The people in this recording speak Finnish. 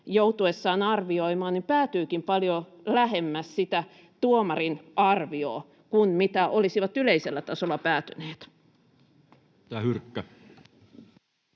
joutuessaan arvioimaan konkreettisia tapauksia päätyvätkin paljon lähemmäs sitä tuomarin arviota kuin mitä olisivat yleisellä tasolla päätyneet. [Speech